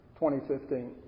2015